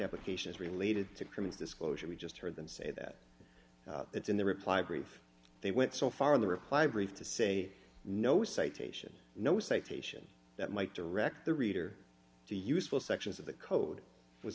application is related to criminal disclosure we just heard them say that it's in their reply brief they went so far in the reply brief to say no citation no citation that might direct the reader to useful sections of the code was